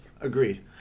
Agreed